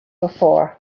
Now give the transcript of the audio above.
before